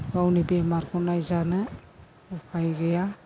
गावनि बेमारखौ नायजानो उफाय गैया